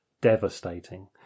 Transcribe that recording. devastating